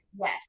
Yes